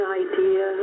idea